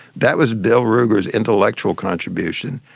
that was bill ruger's intellectual contribution.